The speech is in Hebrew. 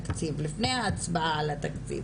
אנחנו יודעים מי משתמש